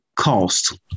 cost